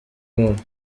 wabo